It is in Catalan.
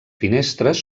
finestres